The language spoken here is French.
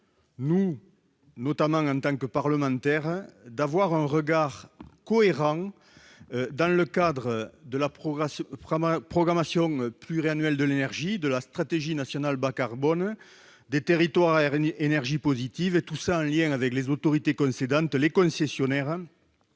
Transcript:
nous permettrait, en tant que parlementaires, d'avoir un regard cohérent dans le cadre de la programmation pluriannuelle de l'énergie, de la stratégie nationale bas carbone, des territoires à énergie positive, en liaison bien sûr avec les autorités concédantes, les concessionnaires